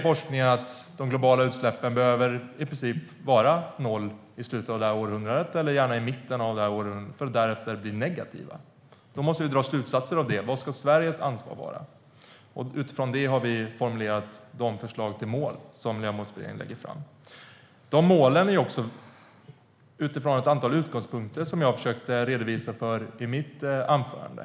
Forskningen säger att de globala utsläppen i så fall behöver vara i princip noll i slutet av det här århundradet eller gärna i mitten av det här århundradet för att därefter bli negativa. Då måste vi dra slutsatser av det. Vad ska Sveriges ansvar vara? Utifrån det har vi formulerat de förslag till mål som Miljömålsberedningen lägger fram. De målen utgår från ett antal utgångspunkter som jag försökte redogöra för i mitt anförande.